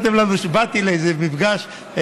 באתי לאיזה מפגש,